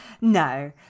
No